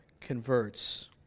converts